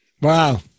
Wow